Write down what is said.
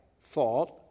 thought